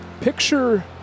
Picture